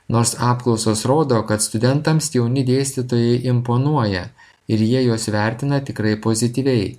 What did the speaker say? nors apklausos rodo kad studentams jauni dėstytojai imponuoja ir jie juos vertina tikrai pozityviai